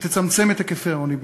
שתצמצם את העוני בישראל.